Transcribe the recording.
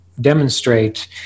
demonstrate